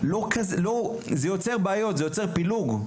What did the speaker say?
זה יוצר בעיות ופילוג.